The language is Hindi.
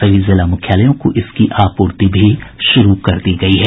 सभी जिला मुख्यलयों को इसकी आपूर्ति भी शुरू कर दी गई है